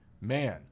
man